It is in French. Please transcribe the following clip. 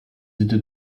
étaient